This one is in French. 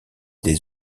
des